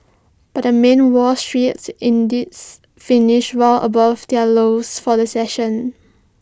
but the main wall street indices finished well above their lows for the session